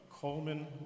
Coleman